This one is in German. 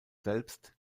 selbst